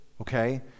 okay